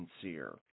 sincere